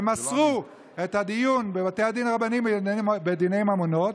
הם אסרו את הדיון בבתי הדין הרבניים בדיני ממונות,